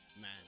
man